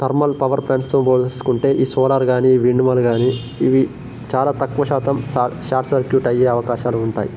thermal power ప్లాంట్స్తో పోల్సుకుంటే ఈ సోలార్ గానీ ఈ విండ్ మిల్ గాని ఇవి చాలా తక్కువ శాతం షాట్ షార్ట్ సర్క్యూటయ్యే అవకాశాలు ఉంటాయి